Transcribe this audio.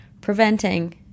preventing